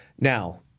Now